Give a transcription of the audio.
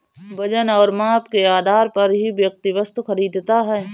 वजन और माप के आधार पर ही व्यक्ति वस्तु खरीदता है